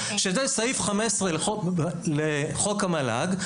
שזה סעיף 15 לחוק המל"ג,